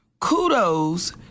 kudos